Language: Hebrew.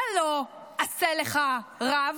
זה לא "עשה לך רב",